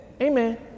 amen